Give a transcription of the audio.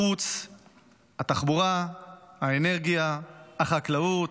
החוץ, התחבורה, האנרגיה, החקלאות,